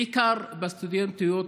בעיקר של סטודנטיות,